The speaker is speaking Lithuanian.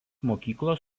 mokyklos